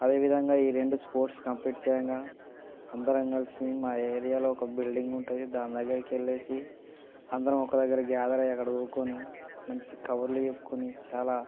అదేవిధంగా ఈ రెండూ స్పోర్ట్స్ కంప్లీట్ చేయంగా అందరం కలిసి మా ఏరియాలో ఓక బిల్డింగ్ ఉంటుంది దాని దగ్గరికెళ్ళేసి అందరం ఒక దగ్గర గ్యాదరై అక్కడ గూకోని మంచి కబుర్లు చెప్పుకొని చాలా